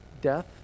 death